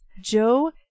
Joe